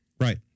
right